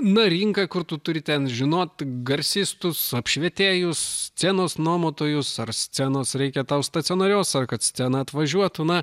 na rinka kur tu turi ten žinot garsistus apšvietėjus scenos nuomotojus ar scenos reikia tau stacionarios ar kad scena atvažiuotų na